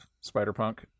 Spider-Punk